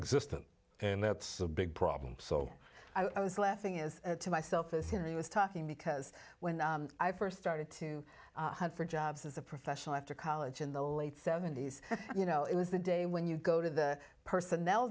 nonexistent and that's a big problem so i was laughing is to myself a serious talking because when i first started to hunt for jobs as a professional after college in the late seventy's you know it was the day when you go to the personnel